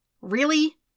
Really